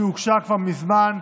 שהוגשה כבר מזמן,